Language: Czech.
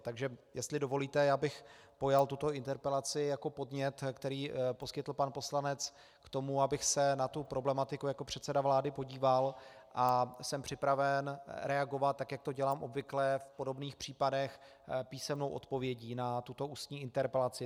Takže jestli dovolíte, já bych pojal tuto interpelaci jako podnět, který poskytl pan poslanec k tomu, abych se na tuto problematiku jako předseda vlády podíval, a jsem připraven reagovat, jak to dělám obvykle v podobných případech, písemnou odpovědí na tuto ústní interpelaci.